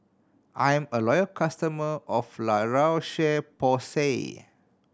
I'm a loyal customer of La Roche Porsay